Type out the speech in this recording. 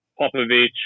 Popovich